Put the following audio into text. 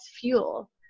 fuel